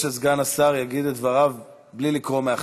נקווה שסגן השר יגיד את דבריו בלי לקרוא מהכתב.